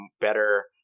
better